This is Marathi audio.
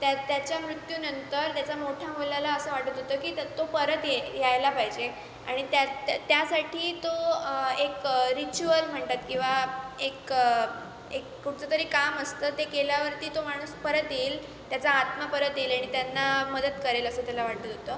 त्या त्याच्या मृत्यूनंतर त्याचा मोठ्या मुलाला असं वाटत होतं की तर तो परत येत यायला पाहिजे आणि त्या तर त्यासाठी तो एक रिच्युअल म्हणतात किंवा एक एक कुठचं तरी काम असतं ते केल्यावरती तो माणूस परत येईल त्याचा आत्मा परत येईल आणि त्यांना मदत करेल असं त्याला वाटत होतं